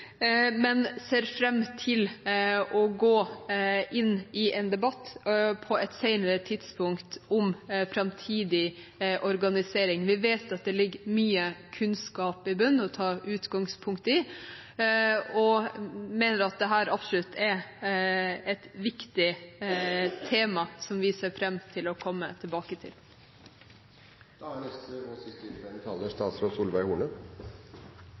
men ser fram til å gå inn i en debatt på et senere tidspunkt om framtidig organisering. Vi vet at det ligger mye kunnskap i bunnen å ta utgangspunkt i, og mener at dette absolutt er et viktig tema som vi ser fram til å komme tilbake til. I likhet med forslagsstillerne mener jeg det er